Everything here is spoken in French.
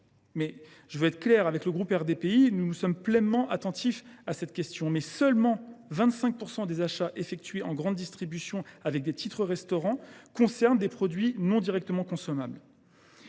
Je veux être clair : le groupe RDPI est pleinement attentif à cette question, mais seulement 25 % des achats effectués en grande distribution avec des titres restaurant concernent des produits non directement consommables.